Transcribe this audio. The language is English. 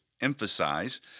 emphasize